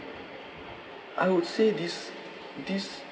I would say this this